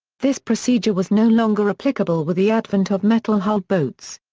this procedure was no longer applicable with the advent of metal-hulled boats.